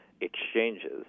exchanges